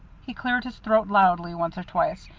he cleared his throat loudly once or twice,